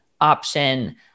option